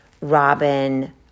Robin